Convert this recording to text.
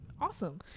awesome